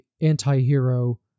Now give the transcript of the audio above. anti-hero